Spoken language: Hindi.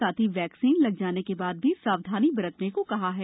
साथ ही वैक्सीन लग जाने के बाद भी सावधानी बरतने को कहा है